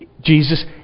Jesus